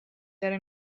داره